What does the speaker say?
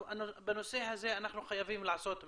בנושא הזה אנחנו חייבים לעשות משהו.